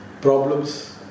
problems